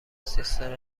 سیستم